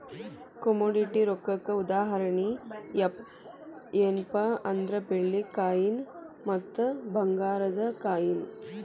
commodity ರೊಕ್ಕಕ್ಕ ಉದಾಹರಣಿ ಯೆನ್ಪಾ ಅಂದ್ರ ಬೆಳ್ಳಿ ಕಾಯಿನ್ ಮತ್ತ ಭಂಗಾರದ್ ಕಾಯಿನ್